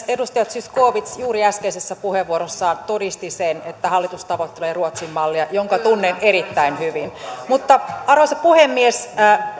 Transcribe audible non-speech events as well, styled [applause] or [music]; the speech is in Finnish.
[unintelligible] edustaja zyskowicz juuri äskeisessä puheenvuorossaan todisti sen että hallitus tavoittelee ruotsin mallia jonka tunnen erittäin hyvin mutta arvoisa puhemies